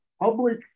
public